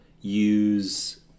use